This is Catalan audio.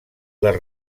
les